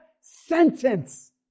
sentence